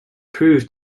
proved